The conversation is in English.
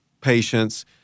patients